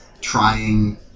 trying